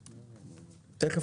הערות.